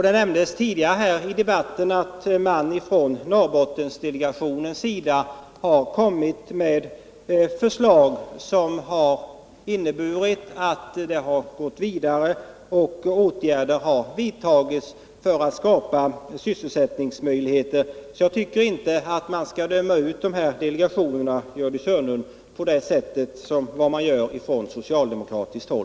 Det nämndes tidigare här i debatten att Norrbottendelegationen har kommit med förslag som förts vidare och som lett till att åtgärder vidtagits för att skapa sysselsättningsmöjligheter. Jag tycker inte, Gördis Hörnlund, att man skall döma ut dessa delegationer på det sätt som socialdemokraterna gör.